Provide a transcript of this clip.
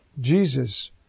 Jesus